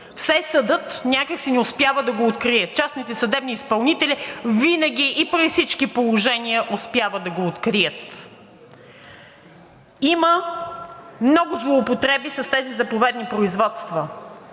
Все съдът някак си не успява да го открие. Частните съдебни изпълнителни винаги и при всички положения успяват да го открият. Има много злоупотреби с тези заповедни производства,